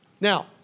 Now